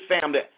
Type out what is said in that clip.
family